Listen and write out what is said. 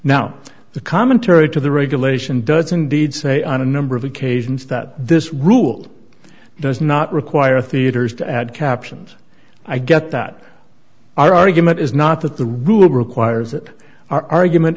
now the commentary to the regulation does indeed say on a number of occasions that this rule does not require theaters to add captions i get that our argument is not that the rule requires it argument